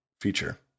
feature